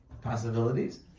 possibilities